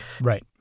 right